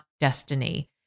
destiny